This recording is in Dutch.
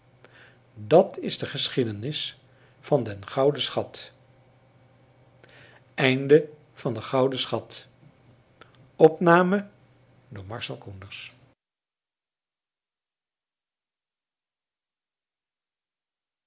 dat is de geschiedenis van den gouden schat